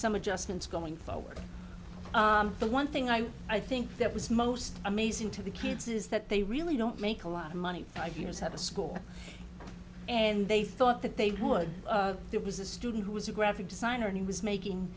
some adjustments going forward the one thing i i think that was most amazing to the kids is that they really don't make a lot of money five years out of school and they thought that they'd heard there was a student who was a graphic designer and he was making